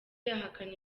ahakana